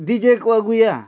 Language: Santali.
ᱰᱤᱡᱮ ᱠᱚ ᱟᱹᱜᱩᱭᱟ